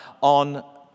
on